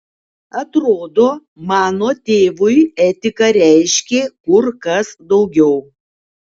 atrodo mano tėvui etika reiškė kur kas daugiau